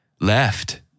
left